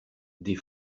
des